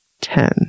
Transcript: ten